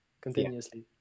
continuously